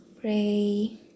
pray